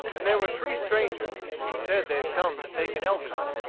and there were three strangers, who said they come to take an elk-hunt.